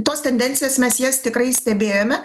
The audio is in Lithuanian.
tos tendencijos mes jas tikrai stebėjome